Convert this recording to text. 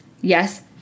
Yes